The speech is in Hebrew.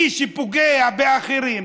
מי שפוגע באחרים,